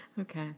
Okay